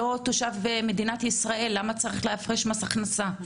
תושב מדינת ישראל, למה צריך להפריש מס הכנסה?